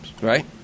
Right